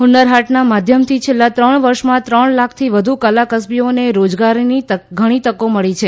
હુન્નર હાટના માધ્યમથી છેલ્લા ત્રણ વર્ષમાં ત્રણ લાખથી વધુ કલા કસબીઓને રોજગારની ઘણી તકો મળી છે